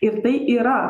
ir tai yra